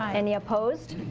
any opposed?